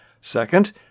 Second